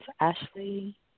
Ashley